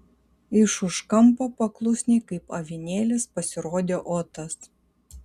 iš už kampo paklusniai kaip avinėlis pasirodė otas